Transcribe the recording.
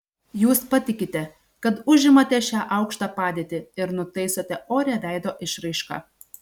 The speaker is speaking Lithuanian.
jūs patikite kad užimate šią aukštą padėtį ir nutaisote orią veido išraišką